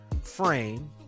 Frame